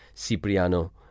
Cipriano